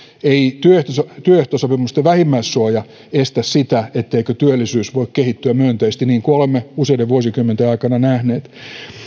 ei työehtosopimusten vähimmäissuoja tarkoita sitä etteikö työllisyys voi kehittyä myönteisesti niin kuin olemme useiden vuosikymmenten aikana nähneet